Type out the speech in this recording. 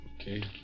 Okay